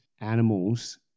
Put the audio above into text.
animals